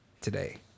today